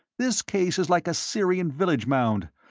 this case is like a syrian village-mound.